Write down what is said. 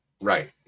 Right